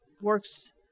Works